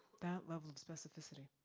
that level of specificity.